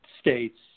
states